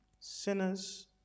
Sinners